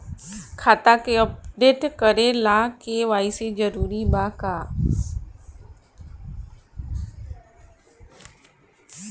खाता के अपडेट करे ला के.वाइ.सी जरूरी बा का?